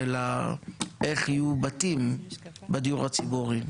אלא איך יהיו בתים בדיור הציבורי,